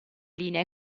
linee